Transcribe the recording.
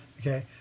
Okay